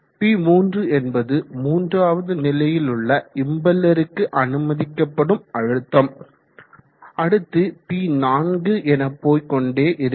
P3 என்பது மூன்றாவது நிலையில் உள்ள இம்பெல்லருக்கு அனுமதிக்கப்படும் அழுத்தம் அடுத்து P4 என போய் கொண்டே இருக்கும்